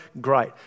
great